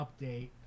update